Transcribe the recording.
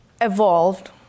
evolved